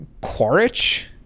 Quaritch